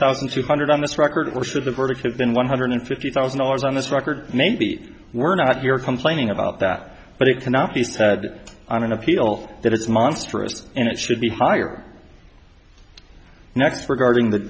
thousand two hundred on this record or should the verdict have been one hundred fifty thousand dollars on this record maybe we're not you're complaining about that but it cannot be said on an appeal that it's monstrous and it should be higher next for guarding the